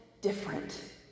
different